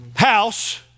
House